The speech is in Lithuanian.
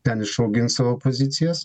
ten išaugint savo pozicijas